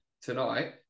tonight